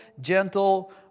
gentle